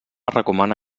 recomana